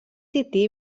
tití